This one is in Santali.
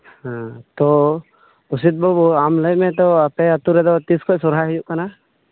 ᱦᱮᱸ ᱛᱚ ᱚᱥᱤᱛ ᱵᱟᱹᱵᱟᱹᱵᱩ ᱟᱢ ᱞᱟᱹᱭ ᱢᱮ ᱛᱚ ᱟᱯᱮ ᱟᱛᱳ ᱨᱮᱫᱚ ᱛᱥ ᱠᱷᱚᱡ ᱥᱚᱨᱦᱟᱭ ᱦᱩᱭᱩᱜ ᱠᱟᱱᱟ